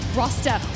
roster